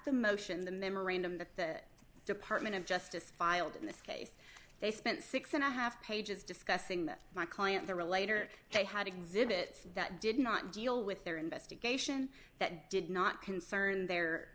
the motion the memorandum that the department of justice filed in this case they spent six and a half pages discussing that my client the relator they had exhibits that did not deal with their investigation that did not concern the